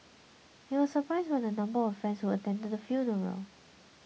he was surprised by the number of friends who attended his funeral